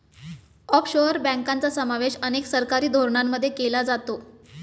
offshore बँकांचा समावेश अनेक सरकारी धोरणांमध्ये केला जातो